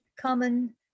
common